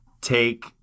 take